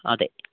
അതെ